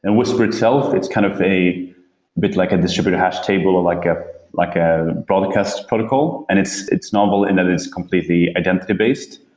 and whisper itself, it's kind of a bit like a distributed hash table, and like ah like a broadcast protocol and it's it's novel in that it's completely identity based,